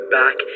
back